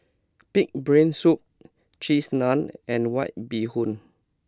Pig'S Brain Soup Cheese Naan and White Bee Hoon